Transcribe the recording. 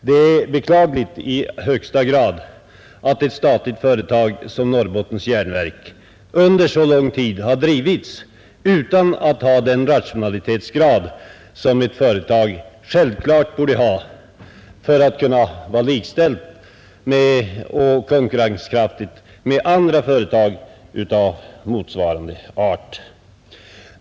Det är högst beklagligt att ett statligt företag som Norrbottens Järnverk under så lång tid har drivits utan att ha den rationalitetsgrad som ett företag självklart borde ha för att i fråga om konkurrenskraft vara likställt med andra företag av motsvarande art.